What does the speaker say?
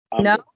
No